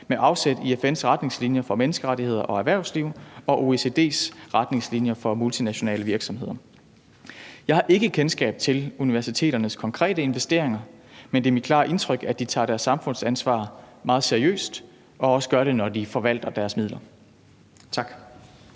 med afsæt i FN's retningslinjer for menneskerettigheder og erhvervsliv og OECD's retningslinjer for multinationale virksomheder. Jeg har ikke kendskab til universiteternes konkrete investeringer, men det er mit klare indtryk, at de tager deres samfundsansvar meget seriøst, og at de også gør det, når de forvalter deres midler. Tak.